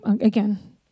again